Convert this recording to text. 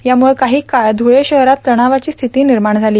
यामुळं काही काळ ध्रुळे शहरात तणावाची स्थिती निर्माण झाली